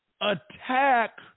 attack